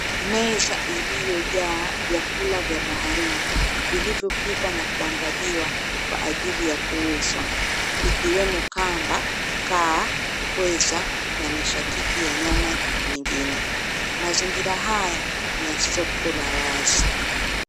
Meza iliyojaa vyakula vya baharini vilivyopikwa na kuandaliwa kwa ajili ya kuuzwa ikiwemo kamba, kaa, pweza na mishakiki ya nyama nyingine. Mazingira haya ni ya soko la wazi.